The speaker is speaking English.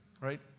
right